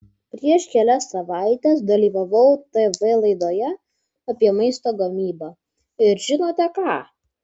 prieš kelias savaites dalyvavau tv laidoje apie maisto gamybą ir žinote ką